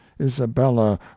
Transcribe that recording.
isabella